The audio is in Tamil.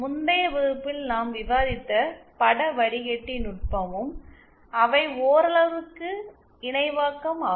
முந்தைய வகுப்பில் நாம் விவாதித்த பட வடிகட்டி நுட்பமும் அவை ஓரளவிற்கு இணைவாக்கம் ஆகும்